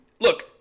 Look